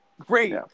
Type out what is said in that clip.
Great